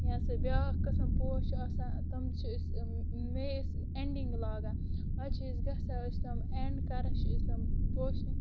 یا سُہ بِیاکھ قٕسم پوش چھُ آسان تِم چھِ أسۍ مییس اینڈِنگ لاگان پتہٕ چھِ أسۍ گژھان أسۍ تِم اینڈ کران